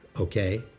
okay